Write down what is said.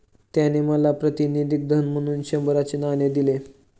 त्याने मला प्रातिनिधिक धन म्हणून शंभराचे नाणे दिले